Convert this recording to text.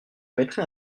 mettrai